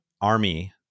army